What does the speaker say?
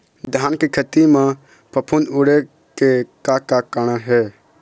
धान के खेती म फफूंद उड़े के का कारण हे?